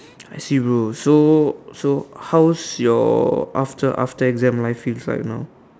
I see bro so so how's your after after exam life feels like now